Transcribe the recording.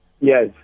Yes